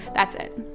that's it.